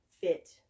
fit